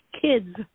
kids